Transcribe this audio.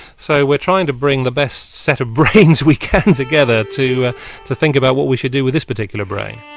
so we're trying to bring the best set of brains we can together to ah to think about what we should do with this particular brain.